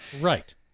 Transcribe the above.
Right